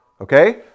okay